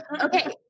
Okay